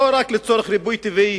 לא רק לצורך ריבוי טבעי,